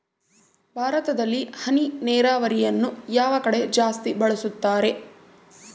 ಭಾರತದಲ್ಲಿ ಹನಿ ನೇರಾವರಿಯನ್ನು ಯಾವ ಕಡೆ ಜಾಸ್ತಿ ಬಳಸುತ್ತಾರೆ?